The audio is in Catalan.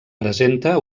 presenta